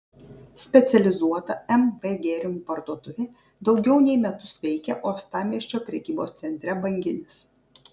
specializuota mv gėrimų parduotuvė daugiau nei metus veikia uostamiesčio prekybos centre banginis